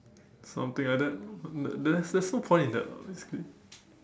something like that but there there's there's no point in that lah basically